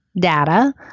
data